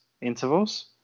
intervals